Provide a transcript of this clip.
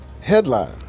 headline